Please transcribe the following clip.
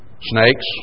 Snakes